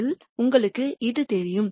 இதில் உங்களுக்கு இது தெரியும்